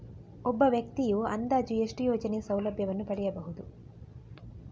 ಒಬ್ಬ ವ್ಯಕ್ತಿಯು ಅಂದಾಜು ಎಷ್ಟು ಯೋಜನೆಯ ಸೌಲಭ್ಯವನ್ನು ಪಡೆಯಬಹುದು?